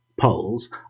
polls